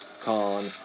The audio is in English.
con